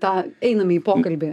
tą einame į pokalbį